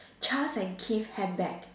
Charles-and-Keith handbag